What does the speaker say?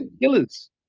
killers